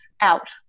out